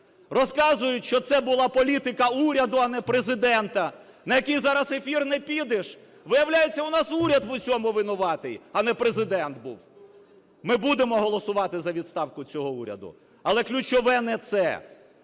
розказують, що це була політика уряду, а не Президента. На який зараз ефір не підеш, виявляється, у нас уряд в усьому винуватий, а не Президент був. Ми будемо голосувати за відставку цього уряду, але ключове не це.